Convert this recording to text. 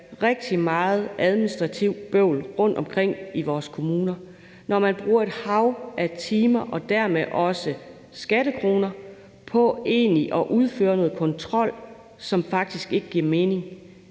rigtig meget administrativt bøvl rundtomkring i vores kommuner og man bruger et hav af timer og dermed også skattekroner på egentlig at udføre noget kontrol, som faktisk ikke giver mening,